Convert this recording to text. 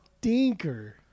Stinker